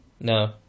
no